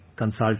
consult